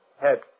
Head